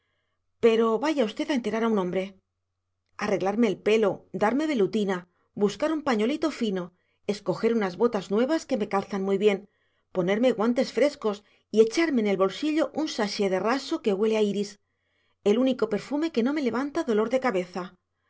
pero vaya usted a enterar a un hombre arreglarme el pelo darme velutina buscar un pañolito fino escoger unas botas nuevas que me calzan muy bien ponerme guantes frescos y echarme en el bolsillo un sachet de raso que huele a iris el único perfume que no me levanta dolor de cabeza porque al fin aparte de